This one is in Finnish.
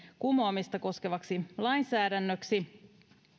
kumoamista koskevaksi lainsäädännöksi